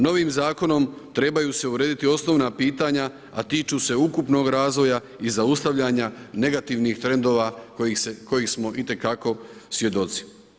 Novim Zakonom trebaju se urediti osnovna pitanja, a tiču se ukupnog razvoja i zaustavljanja negativnih trendova kojih smo itekako svjedoci.